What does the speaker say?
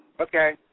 Okay